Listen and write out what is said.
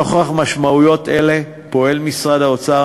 4. נוכח משמעויות אלה פועל משרד האוצר,